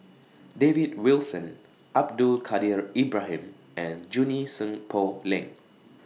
David Wilson Abdul Kadir Ibrahim and Junie Sng Poh Leng